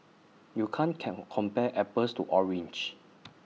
you can't can compare apples to oranges